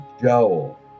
Joel